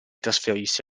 trasferirsi